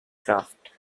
craft